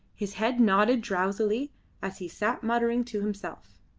his head nodded drowsily as he sat muttering to himself.